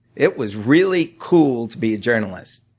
it was really cool to be a journalist.